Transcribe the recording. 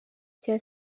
cya